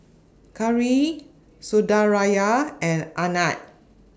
Gauri Sundaraiah and Anand